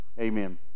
Amen